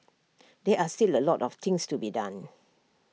there are still A lot of things to be done